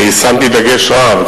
שמתי דגש רב,